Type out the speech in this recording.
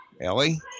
Ellie